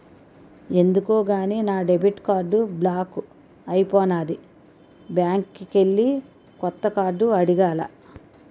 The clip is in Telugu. ఎందుకో గాని నా డెబిట్ కార్డు బ్లాక్ అయిపోనాది బ్యాంకికెల్లి కొత్త కార్డు అడగాల